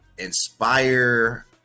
inspire